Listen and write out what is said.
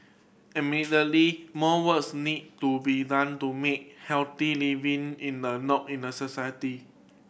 admittedly more works need to be done to make healthy living in a norm in the society